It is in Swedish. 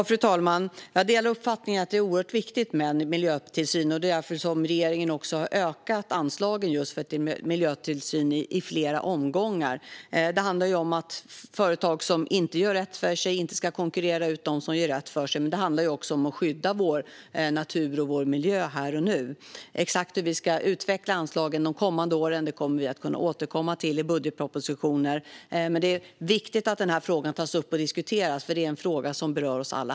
Fru talman! Jag delar uppfattningen att det är oerhört viktigt med miljötillsyn. Det är också därför som regeringen har ökat anslagen till just miljötillsyn i flera omgångar. Det handlar om att företag som inte gör rätt för sig inte ska konkurrera ut dem som gör rätt för sig, men det handlar också om att skydda vår natur och vår miljö här och nu. Exakt hur vi ska utveckla anslagen de kommande åren kommer vi att kunna återkomma till i budgetpropositioner. Men det är viktigt att den här frågan tas upp och diskuteras, för det är en fråga som berör oss alla.